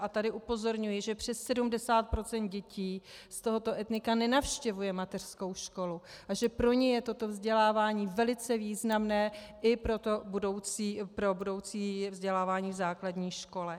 A tady upozorňuji, že přes 70 % dětí z tohoto etnika nenavštěvuje mateřskou školu a že pro ně je toto vzdělávání velice významné i pro budoucí vzdělávání v základní škole.